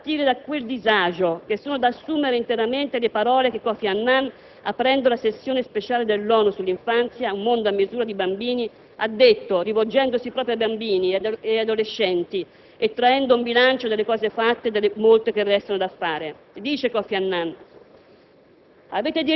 E' proprio a partire da quel disagio che sono da assumere interamente le parole che Kofi Annan, aprendo la sessione speciale dell'ONU sull'infanzia «Un mondo a misura di bambini», ha detto, rivolgendosi ai bambini e adolescenti e traendo un bilancio delle cose fatte e delle molte che restano da fare: «Avete diritto